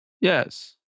Yes